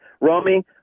Romy